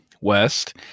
West